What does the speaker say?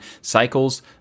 cycles